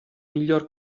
miglior